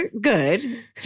Good